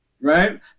right